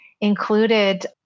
included